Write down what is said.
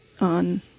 on